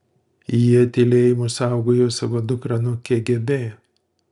jie tylėjimu saugojo savo dukrą nuo kgb